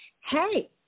hey